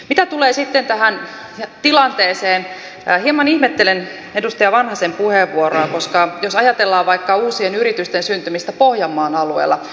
mitä tulee sitten tähän tilanteeseen hieman ihmettelen edustaja vanhasen puheenvuoroa koska jos ajatellaan vaikka uusien yritysten syntymistä pohjanmaan alueella